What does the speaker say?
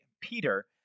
Peter